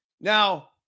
Now